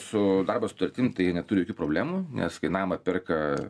su darbo sutartim tai neturi jokių problemų nes kai namą perka